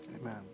Amen